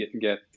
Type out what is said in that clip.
get